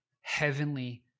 heavenly